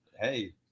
Hey